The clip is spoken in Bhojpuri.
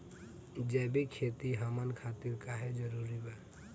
जैविक खेती हमन खातिर काहे जरूरी बा?